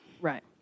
Right